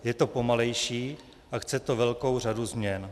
Je to pomalejší a chce to velkou řadu změn.